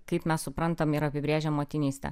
kaip mes suprantam ir apibrėžima motinystę